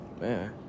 man